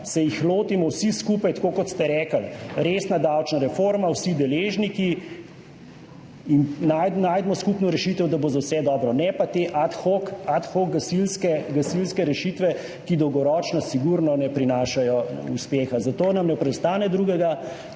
se jih lotimo vsi skupaj, tako kot ste rekli, resna davčna reforma, vsi deležniki in najdemo skupno rešitev, da bo za vse dobro. Ne pa te ad hoc, ad hoc gasilske, gasilske rešitve, ki dolgoročno sigurno ne prinašajo uspeha. Zato nam ne preostane drugega,